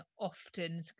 often